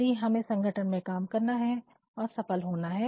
यदि हमें संगठन में काम करना है और सफल होना है